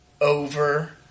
over